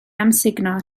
amsugno